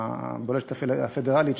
הבולשת הפדרלית,